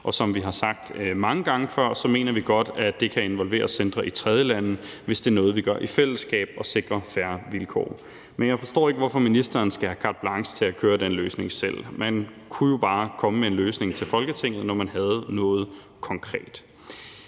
og som vi har sagt mange gange før, mener vi, at det godt kan involvere centre i tredjelande, hvis det er noget, vi gør i fællesskab, og hvis vi sikrer fair vilkår. Men jeg forstår ikke, hvorfor ministeren skal have carte blanche til at køre den løsning selv; man kunne bare komme med en løsning til Folketinget, når man havde noget konkret.